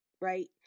right